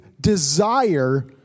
desire